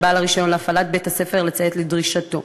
על בעל הרישיון להפעלת בית-הספר לציית לדרישתו.